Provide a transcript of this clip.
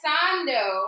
Sando